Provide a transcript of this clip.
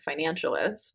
Financialist